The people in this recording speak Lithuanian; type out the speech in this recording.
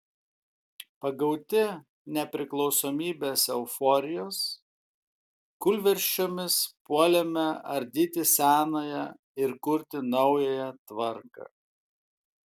pagauti nepriklausomybės euforijos kūlvirsčiomis puolėme ardyti senąją ir kurti naująją tvarką